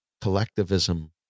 collectivism